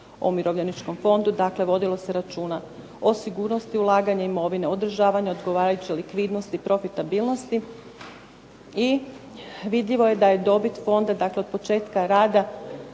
o Umirovljeničkom fondu. Dakle, vodilo se računa o sigurnosti ulaganja imovine, održavanja odgovarajuće likvidnosti, profitabilnosti. I vidljivo je da je dobit Fonda, dakle od početka rada